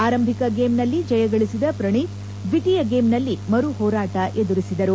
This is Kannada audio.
ಆರಂಭಿಕ ಗೇಮ್ ನಲ್ಲಿ ಜಯ ಗಳಿಸಿದ ಪ್ರಣೀತ್ ದ್ವಿತೀಯ ಗೇಮ್ ನಲ್ಲಿ ಮರು ಹೋರಾಟ ಎದುರಿಸಿದರು